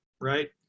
right